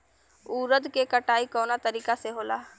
उरद के कटाई कवना तरीका से होला?